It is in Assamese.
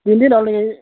তিনিদিন হ'ল